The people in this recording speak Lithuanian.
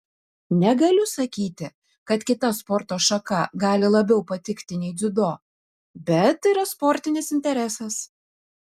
negaliu sakyti kad kita sporto šaka gali labiau patikti nei dziudo bet yra sportinis interesas